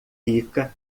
rica